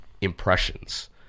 impressions